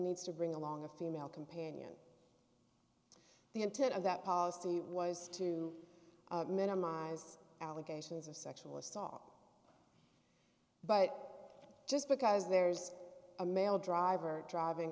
needs to bring along a female companion the intent of that policy was to minimize allegations of sexual assault but just because there's a male driver driving